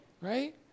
Right